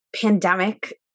pandemic